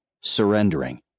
Surrendering